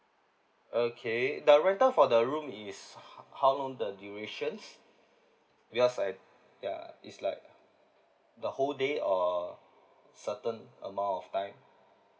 okay the rental for the room is how how long the durations because I yeah it's like the whole day or certain amount of time